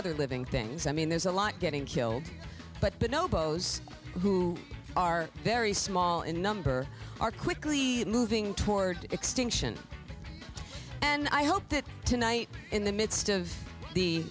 other living things i mean there's a lot getting killed but but no bows who are very small in number are quickly moving toward extinction and i hope that tonight in the midst of the